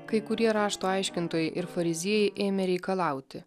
kai kurie rašto aiškintojai ir fariziejai ėmė reikalauti